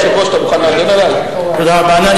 אדוני היושב-ראש, אתה מוכן להגן עלי, תודה רבה.